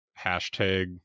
hashtag